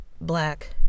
black